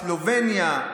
סלובניה,